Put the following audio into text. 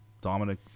Dominic